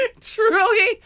Truly